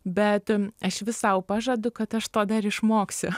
bet aš vis sau pažadu kad aš to dar išmoksiu